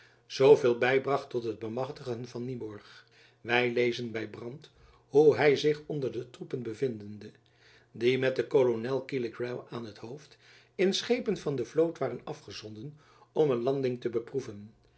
bybracht tot het bemachtigen van nyborg wy lezen by brandt hoe hy zich onder de troepen bevindende die met den kolonel killegrew aan t hoofd in schepen van de vloot waren afgezonden om een landing te beproeven